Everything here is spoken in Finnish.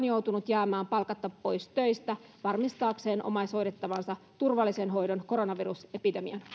joutunut jäämään palkatta pois töistä varmistaakseen omaishoidettavansa turvallisen hoidon koronavirusepidemian